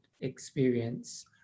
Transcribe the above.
experience